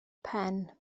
pen